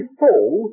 fall